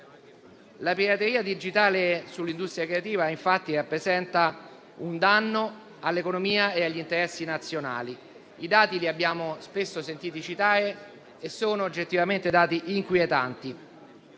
La pirateria digitale sull'industria creativa, infatti, rappresenta un danno all'economia e agli interessi nazionali. I dati, che spesso abbiamo sentito citare, sono oggettivamente inquietanti.